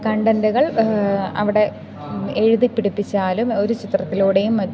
കണ്ടൻ്റുകൾ അവിടെ എഴുതിപ്പിടിപ്പിച്ചാലും ഒരു ചിത്രത്തിലൂടെയും മറ്റും